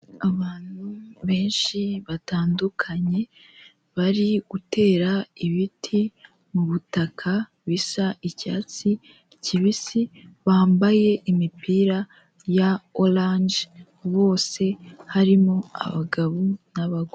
Abantu benshi batandukanye bari gutera ibiti mu butaka bisa icyatsi kibisi, bambaye imipira ya oranje bose harimo abagabo n'abagore.